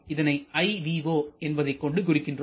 இதனை IVO என்பதைக் கொண்டு குறிக்கிறோம்